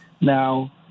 Now